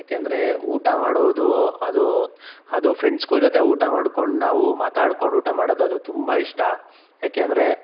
ಯಾಕೆಂದರೆ ಊಟ ಮಾಡುವುದು ಅದು ಅದು ಫ್ರೆಂಡ್ಸುಗಳ ಜೊತೆ ಊಟ ಮಾಡ್ಕೊಂಡು ನಾವು ಮಾತಾಡ್ಕೊಂಡು ಊಟ ಮಾಡದು ಅದು ತುಂಬ ಇಷ್ಟ ಯಾಕೆ ಅಂದರೆ